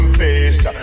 face